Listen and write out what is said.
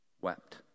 wept